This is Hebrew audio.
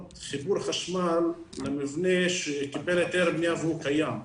חיבור לחשמל למבנה שקיבל היתר בנייה והוא קיים.